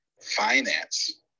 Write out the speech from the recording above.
finance